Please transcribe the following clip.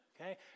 okay